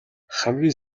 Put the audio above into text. хамгийн